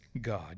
God